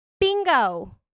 Bingo